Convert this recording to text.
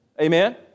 amen